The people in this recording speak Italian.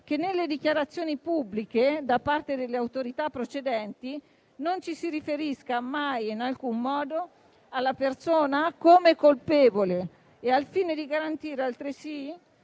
che, nelle dichiarazioni pubbliche da parte delle autorità procedenti, non ci si riferisca mai in alcun modo alla persona come colpevole, al fine di garantire altresì